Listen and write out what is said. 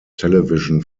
television